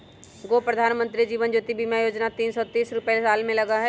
गो प्रधानमंत्री जीवन ज्योति बीमा योजना है तीन सौ तीस रुपए साल में लगहई?